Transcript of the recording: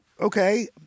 okay